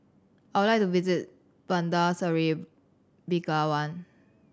I would like to visit Bandar Seri Begawan